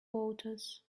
voters